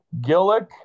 Gillick